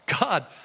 God